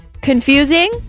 confusing